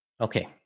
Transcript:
Okay